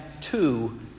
two